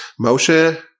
Moshe